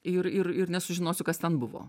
ir ir ir nesužinosiu kas ten buvo